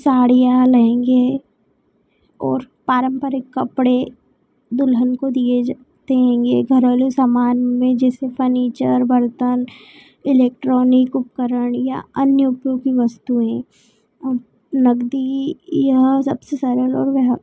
साड़ियाँ लहँगे और पारम्परिक कपड़े दुल्हन को दिए जाते हैं घर वाले सामान में जैसे फर्नीचर बर्तन इलेक्ट्रॉनिक उपकरण या अन्य उपयोग की वस्तुएँ और नगदी यहाँ सबसे ज़्यादा लोग यहाँ